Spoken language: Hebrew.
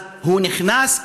אז הוא נכנס,